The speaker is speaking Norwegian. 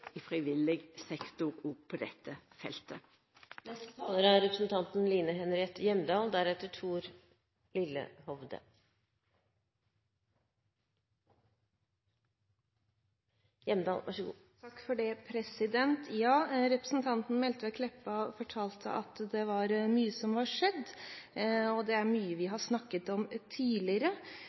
i frivillig sektor òg på dette feltet. Representanten Meltveit Kleppa fortalte at det er mye som har skjedd. Det er mye vi har snakket om tidligere